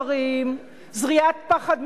אתה פופוליסט.